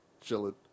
chilling